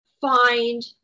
find